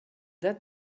that